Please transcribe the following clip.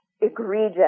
egregious